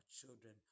children